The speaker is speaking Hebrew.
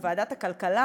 בוועדת הכלכלה,